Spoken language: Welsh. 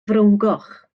frowngoch